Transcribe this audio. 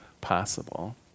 possible